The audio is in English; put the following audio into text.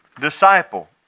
disciple